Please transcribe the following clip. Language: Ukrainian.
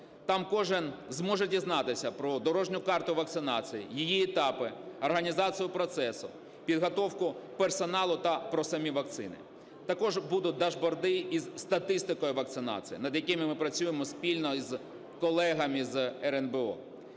Там кожен зможе дізнатися про дорожню карту вакцинації, її етапи, організацію процесу, підготовку персоналу та про самі вакцини. Також будуть дашборди зі статистикою вакцинації, над якими ми працюємо спільно з колегами з РНБО.